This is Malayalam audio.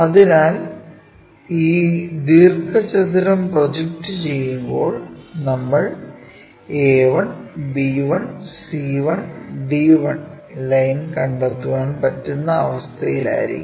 അതിനാൽ ഈ ദീർഘചതുരം പ്രൊജക്റ്റുചെയ്യുമ്പോൾ നമ്മൾ a1 b1 c1 d1 line കണ്ടെത്താൻ പറ്റുന്ന അവസ്ഥയിലായിരിക്കും